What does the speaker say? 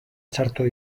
txarto